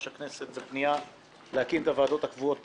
הכנסת בפנייה להקים את הוועדות הקבועות בכנסת.